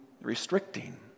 restricting